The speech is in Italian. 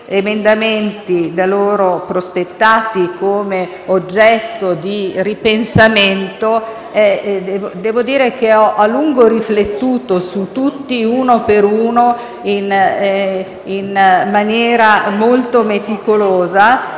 emendamenti da loro prospettati come oggetto di ripensamento devo dire che ho a lungo riflettuto su tutti, uno per uno, in maniera molto meticolosa e,